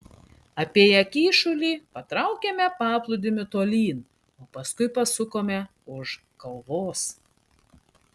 apėję kyšulį patraukėme paplūdimiu tolyn o paskui pasukome už kalvos